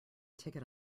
ticket